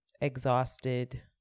exhausted